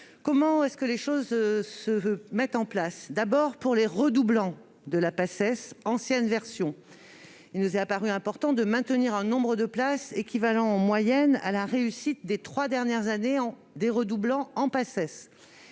Comment les choses se mettent-elles en place ? Pour les redoublants de la Paces ancienne version, il nous est apparu important de maintenir un nombre de places équivalent, en moyenne, à la réussite des trois dernières années des redoublants dans